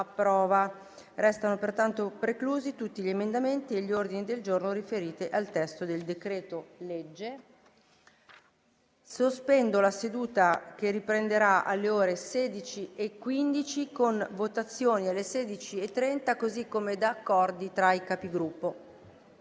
B).* Risultano pertanto preclusi tutti gli emendamenti e gli ordini del giorno riferiti al testo del decreto-legge n. 113. La seduta è sospesa e riprenderà alle ore 16,15, con votazioni alle ore 16,30, così come da accordi tra i Capigruppo.